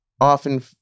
often